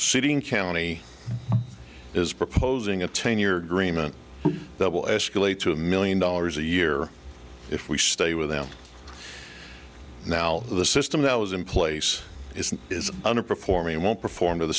sitting county is proposing a ten year agreement that will escalate to a million dollars a year if we stay with them now the system that was in place isn't is under performing won't perform to the